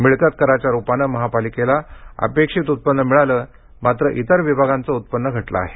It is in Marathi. मिळकत कराच्या रूपाने महापालिकेला अपेक्षित उत्पन्न मिळालं मात्र इतर विभागांचं उत्पन्न घटलं आहे